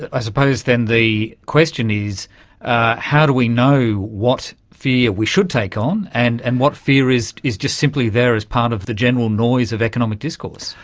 i suppose then the question is how do we know what fear we should take on and and what fear is is just simply there as part of the general noise of economic discourse.